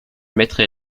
maître